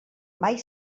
mai